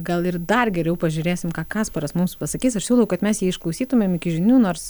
gal ir dar geriau pažiūrėsim ką kasparas mums pasakys aš siūlau kad mes jį išklausytumėm iki žinių nors